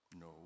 No